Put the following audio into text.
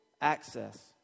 access